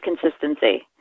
consistency